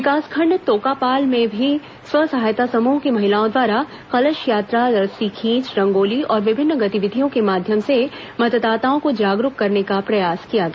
विकासखण्ड तोकापाल में भी स्व सहायता समूह की महिलाओं द्वारा कलश यात्रा रस्सी खींच रंगोली और विभिन्न गतिविधियों के माध्यम से मतदाताओं को जागरूक करने का प्रयास किया गया